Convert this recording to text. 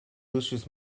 lucius